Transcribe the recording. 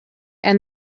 and